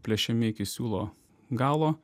plėšiami iki siūlo galo